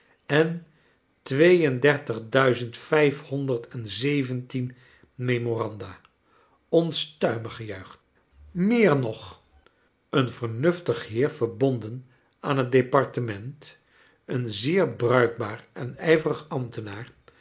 luid gejuich en twee endertig duizend vijfhonderd en zeventien memoranda onstuimig gejuich meer nog een vernuftig heer verbonden aan het departement een zeer bruikbaar en ijverig ambtenaar